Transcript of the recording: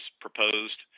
proposed